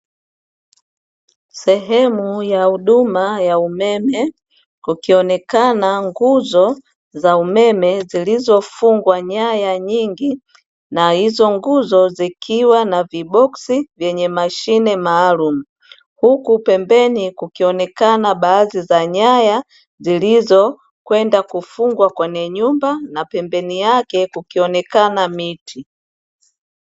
Sehemu ya huduma ya umeme kukionekana nguzo za umeme zilizo fungwa nyaya nyingi na hizo nguzo zikiwa na viboksi vyenye mashine maalumu . Huku pembeni kukionekana baadhi ya nyaya zilizokwenda kufungwa kwenye nyumba na pembeni yake kukionekana miti .